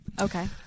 Okay